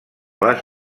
les